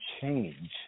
change